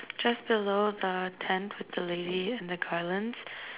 just below the tent with the lady and the garlands